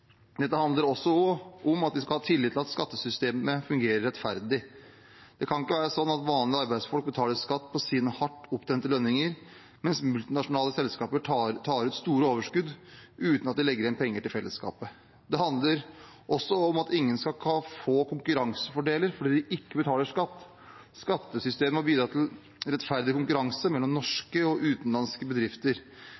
Dette handler også om at vi skal ha tillit til at skattesystemet fungerer rettferdig. Det kan ikke være sånn at vanlige arbeidsfolk betaler skatt av sine hardt opptjente lønninger, mens multinasjonale selskaper tar ut store overskudd uten å legge igjen penger til fellesskapet. Det handler også om at ingen skal få konkurransefordeler fordi de ikke betaler skatt. Skattesystemet må bidra til rettferdig konkurranse mellom